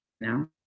No